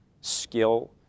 skill